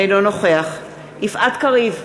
אינו נוכח יפעת קריב,